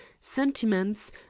sentiments